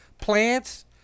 plants